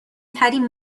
ترین